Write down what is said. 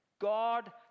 God